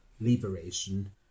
liberation